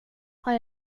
har